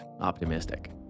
optimistic